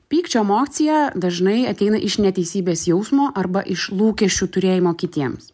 pykčio emocija dažnai ateina iš neteisybės jausmo arba iš lūkesčių turėjimo kitiems